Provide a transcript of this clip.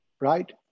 right